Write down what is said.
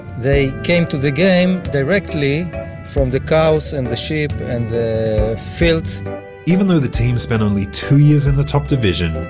they came to the game directly from the cows and the sheep and the fields even though the team spent only two years in the top division,